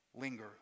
linger